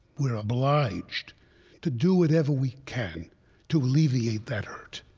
we are obliged to do whatever we can to alleviate that hurt,